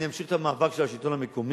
אני אמשיך את המאבק של השלטון המקומי